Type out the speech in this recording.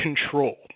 control